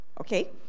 Okay